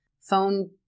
Phone